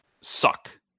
suck